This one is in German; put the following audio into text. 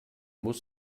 muss